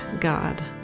God